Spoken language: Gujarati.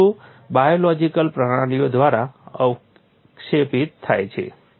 તે બધું બાયોલૉજિકલ પ્રણાલીઓ દ્વારા અવક્ષેપિત થાય છે